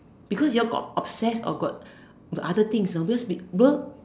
because you all got obsessed or got other things because because